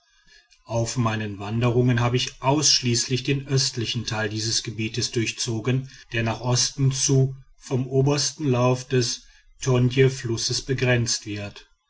auf meinen wanderungen habe ich ausschließlich den östlichen teil dieses gebiets durchzogen der nach osten zu vom obersten lauf des tondjflusses begrenzt wird